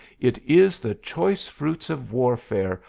it is the choice fruits of warfare,